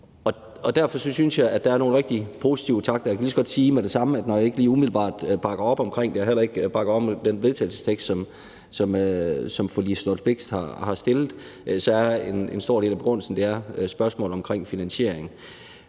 og derfor synes jeg, der er nogle rigtig positive takter. Jeg kan lige så godt sige med det samme, at når jeg ikke lige umiddelbart bakker op omkring det og heller ikke bakker op om det forslag til vedtagelse, som fru Liselott Blixt har stillet, er en stor del af begrundelsen spørgsmålet om finansiering.